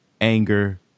anger